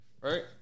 right